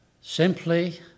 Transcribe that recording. Simply